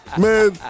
Man